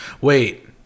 Wait